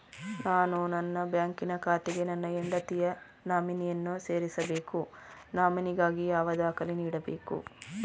ನಾನು ನನ್ನ ಬ್ಯಾಂಕಿನ ಖಾತೆಗೆ ನನ್ನ ಹೆಂಡತಿಯ ನಾಮಿನಿಯನ್ನು ಸೇರಿಸಬೇಕು ನಾಮಿನಿಗಾಗಿ ಯಾವ ದಾಖಲೆ ನೀಡಬೇಕು?